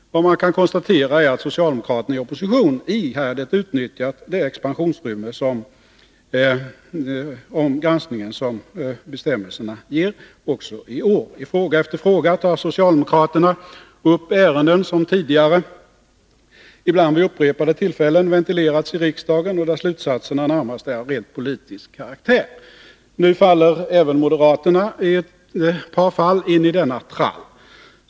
Vad man kan konstatera är att socialdemokraterna i opposition också i år ihärdigt utnyttjat det expansionsutrymme som bestämmelserna om granskningen ger. I fråga efter fråga tar socialdemokraterna upp ärenden som tidigare — Nr 145 ibland vid upprepade tillfällen — ventilerats i riksdagen och där slutsatserna Onsdagen den närmast är av rent politisk karaktär. Nu faller även moderaterna i ett par fall 12 maj 1982 inidenna trall.